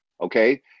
Okay